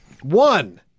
One